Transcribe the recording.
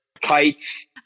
kites